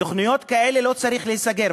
תוכניות כאלה לא צריך לסגור.